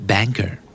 Banker